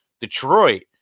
Detroit